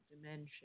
dimension